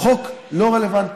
חוק לא רלוונטי.